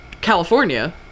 california